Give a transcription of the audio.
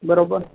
બરોબર